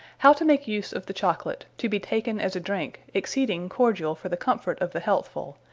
how to make use of the chocolate, to be taken as a drinke, exceeding cordiall for the comfort of the healthfull,